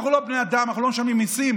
אנחנו לא בני אדם, אנחנו לא משלמים מיסים,